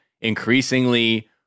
increasingly